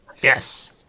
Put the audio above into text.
Yes